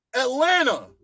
Atlanta